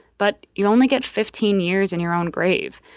but you only get fifteen years in your own grave,